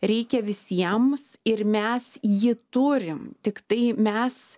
reikia visiems ir mes jį turim tiktai mes